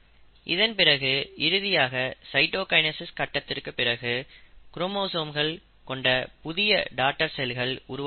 இதன்பிறகு இறுதியாக சைட்டோகைனசிஸ் கட்டத்திற்குப் பிறகு குரோமோசோம்கள் கொண்ட புதிய டாடர் செல்கள் உருவாகி இருக்கும்